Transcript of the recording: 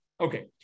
Okay